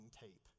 tape